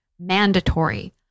mandatory